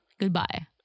goodbye